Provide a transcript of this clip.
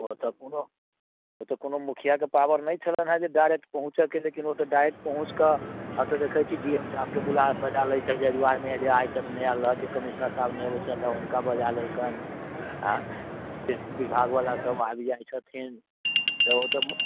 ओ तऽ सुनऽ ओतऽ कोनो मुखिआके पावर नहि छलनि हँ जे डायरेक्ट पहुँचऽ के लेकिन ओ तऽ डाइरेक्ट पहुँच कऽ आ तऽ देखैत छी डी एम साहेबके बुला बजा लइ छथि जजुआरमे जे आइ तक नहि आएल रहथि जे कमिश्नर साहब नहि अबैत छथि हुनका बजा लेलकनि आइ ई विभाग बला सब आबि जाइत छथिन तऽ ओ तऽ